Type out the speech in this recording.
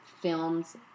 films